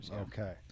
Okay